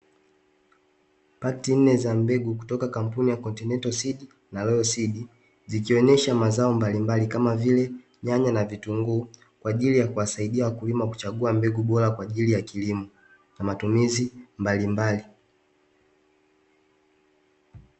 Pakti nne za mbegu kutoka kampuni ya Continental seed na Royal seed zikionyesha mazao mbalimbali kama vile nyanya na vitunguu kwaajili ya kuwasaidia wakulima kuchagua mbegu bora kwaajili ya kilimo na matumizi mbalimbali.